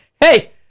Hey